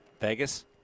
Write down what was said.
Vegas